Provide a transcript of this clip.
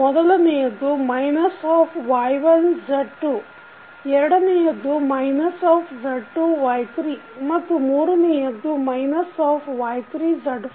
ಮೊದಲನೆಯದ್ದು minus of Y1 Z2 ಎರಡನೆಯದ್ದು minus of Z2 Y3 ಮತ್ತು ಮೂರನೆಯದ್ದು ಮೈನಸ್ ಆಫ್ Y3 Z4